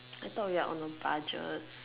I thought we are on a budget